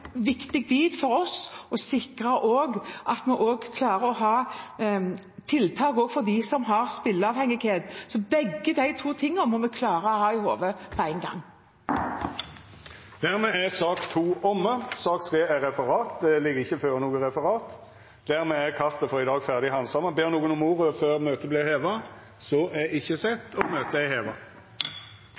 viktig bit for oss å sikre at vi også klarer å ha tiltak for dem som har spilleavhengighet. Begge de to tingene må vi klare å ha i hodet på én gang. Dette spørsmålet er trekt tilbake. Det ligg ikkje føre noko referat. Dermed er dagens kart handsama ferdig. Ber nokon om ordet før møtet vert heva? – Møtet er heva.